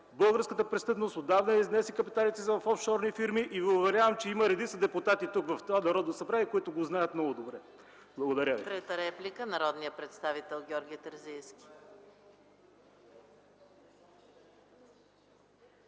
българската престъпност отдавна изнесе капиталите си в офшорни фирми. Уверявам Ви, че има редица депутати тук, в това Народно събрание, които го знаят много добре. Благодаря ви.